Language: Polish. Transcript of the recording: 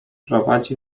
prowadzi